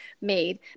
made